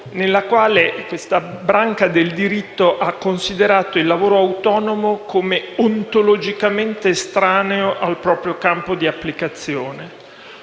nella quale il diritto del lavoro ha considerato il lavoro autonomo come ontologicamente estraneo al proprio campo di applicazione.